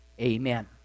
amen